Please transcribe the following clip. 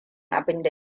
abinda